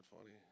funny